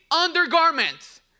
undergarments